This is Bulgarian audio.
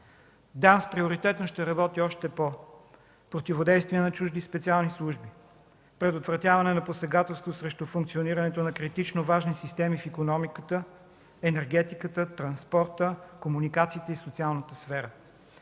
приоритетно ще работи и по противодействие на чужди специални служби, предотвратяване на посегателство срещу функционирането на критично важни системи в икономиката, енергетиката, транспорта, комуникациите и социалната сфера.